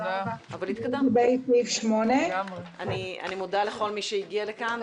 אני מודה לכל מי שהגיע לכאן.